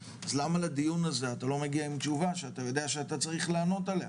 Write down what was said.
אז למה לדיון הזה אתה לא מגיע עם תשובה שאתה יודע שאתה צריך לענות עליה?